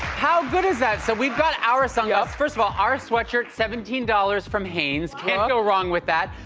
how good is that? so we've got our sunglasses. first of all, our sweatshirt, seventeen dollars from hanes, can't go wrong with that.